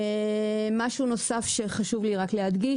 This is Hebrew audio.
משהו נוסף שחשוב לי להדגיש,